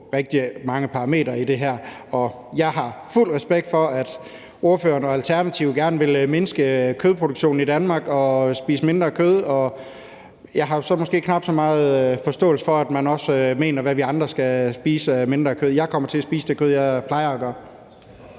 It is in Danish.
rigtig mange parametre. Jeg har fuld respekt for, at ordføreren og Alternativet gerne vil mindske kødproduktionen i Danmark og spise mindre kød, men jeg har måske knap så meget forståelse for, at man også har en mening om, at vi andre skal spise mindre kød. Jeg kommer til at spise den mængde kød, jeg plejer at gøre.